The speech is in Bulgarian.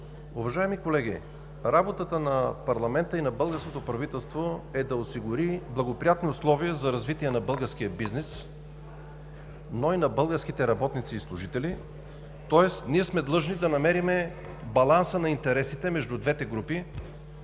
Уважаеми колеги, работата на парламента и на българското правителство е да осигури благоприятни условия за развитие на българския бизнес, но и на българските работници и служители. Тоест ние сме длъжни да намерим баланса на интересите между двете групи,